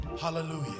Hallelujah